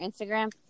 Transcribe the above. instagram